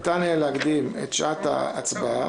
ניתן יהיה להקדים את שעת ההצבעה,